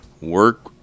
Work